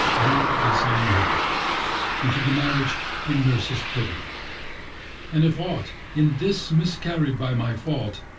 all this i know and to the marriage her nurse is privy and if ought in this miscarried by my fault,